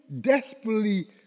desperately